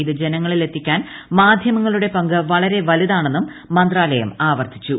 ഇത് ജനങ്ങളിൽ എത്തിക്കാൻ മാധ്യമങ്ങളുടെ പങ്ക് വളരെ വലുതാണെന്നും മന്ത്രാലയം ആവർത്തിച്ചു